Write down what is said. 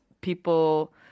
people